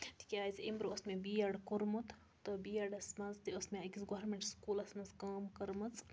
تِکیٛازِ اَمہِ برونٛہہ اوس مےٚ بی اٮ۪ڈ کوٚرمُت تہٕ بی اٮ۪ڈَس منٛز تہِ ٲس مےٚ أکِس گورمٮ۪نٛٹ سکوٗلَس منٛز کٲم کٔرمٕژ